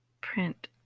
print